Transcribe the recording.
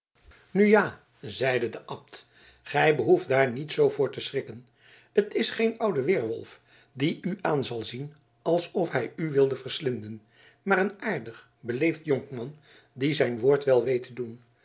nu ja zeide de abt gij behoeft daar niet zoo voor te schrikken t is geen oude weerwolf die u aan zal zien alsof hij u wilde verslinden maar een aardig beleefd jonkman die zijn woord wel weet te doen